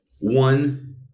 One